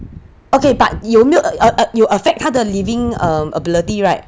okay but 有没有 e~ e~ 有 effect 她的 living um ability [right]